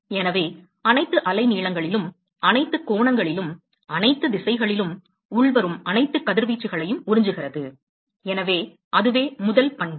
எனவே அனைத்து அலைநீளங்களிலும் அனைத்து கோணங்களிலும் அனைத்து திசைகளிலும் உள்வரும் அனைத்து கதிர்வீச்சுகளையும் உறிஞ்சுகிறது எனவே அதுவே முதல் பண்பு